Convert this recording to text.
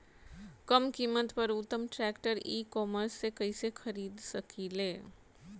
कम कीमत पर उत्तम ट्रैक्टर ई कॉमर्स से कइसे खरीद सकिले?